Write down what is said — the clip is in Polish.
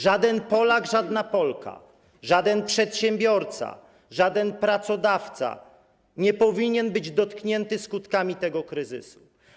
Żaden Polak, żadna Polka, żaden przedsiębiorca, żaden pracodawca nie powinni być dotknięci skutkami tego kryzysu.